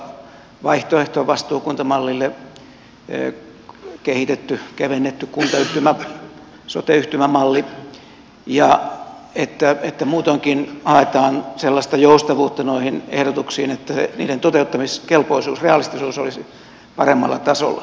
kysymys on siitä että olisi hyvä olla vaihtoehto vastuukuntamallille kevennetty sote yhtymämalli ja että muutoinkin haetaan sellaista joustavuutta noihin ehdotuksiin että niiden toteuttamiskelpoisuus realistisuus olisi paremmalla tasolla